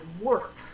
work